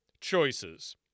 choices